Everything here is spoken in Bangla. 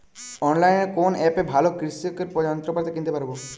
অনলাইনের কোন অ্যাপে ভালো কৃষির যন্ত্রপাতি কিনতে পারবো?